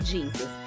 Jesus